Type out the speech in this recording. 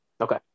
Okay